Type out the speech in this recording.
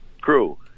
crew